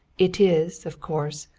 it is, of course,